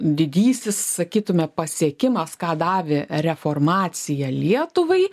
didysis sakytume pasiekimas ką davė reformacija lietuvai